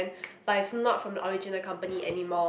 but is not from the original company anymore